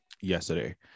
yesterday